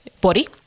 body